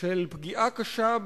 הצעות